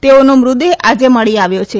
તેઓનો મુતદેહ આજે મળી આવ્યો છે